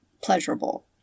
pleasurable